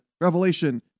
revelation